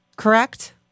Correct